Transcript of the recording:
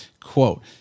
quote